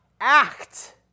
act